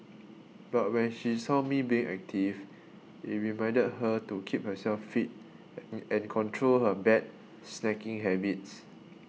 but when she saw me being active it reminded her to keep herself fit and control her bad snacking habits